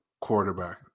quarterback